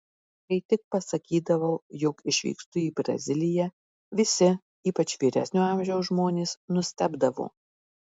kai tik pasakydavau jog išvykstu į braziliją visi ypač vyresnio amžiaus žmonės nustebdavo